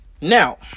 Now